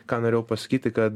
ką norėjau pasakyti kad